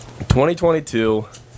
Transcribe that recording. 2022